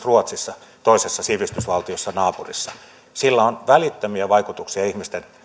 ruotsissa toisessa sivistysvaltiossa naapurissa sillä on välittömiä vaikutuksia ihmisten